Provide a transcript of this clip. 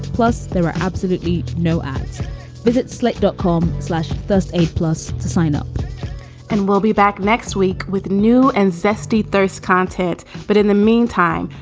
plus, there are absolutely no ads visit, slip, dot com slash. that's a plus to sign up and we'll be back next week with new and zesty thirst content. but in the meantime,